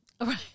Right